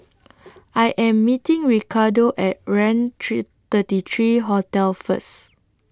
I Am meeting Ricardo At Raintr thirty three Hotel First